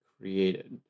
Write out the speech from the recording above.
created